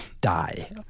die